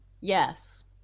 yes